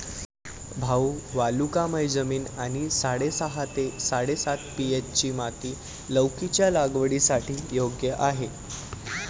भाऊ वालुकामय जमीन आणि साडेसहा ते साडेसात पी.एच.ची माती लौकीच्या लागवडीसाठी योग्य आहे